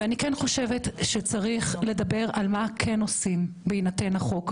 אני חושבת שצריך לדבר מה עושים בהינתן החוק,